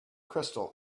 crystal